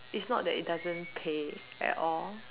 it's not that it doesn't pay at all